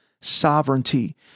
sovereignty